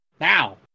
Now